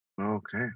Okay